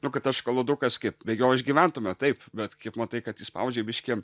nu kad tas šokolodukas kaip be jo išgyventume taip bet kaip matai kad išspaudžia biškį